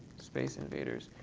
space invaders